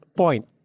point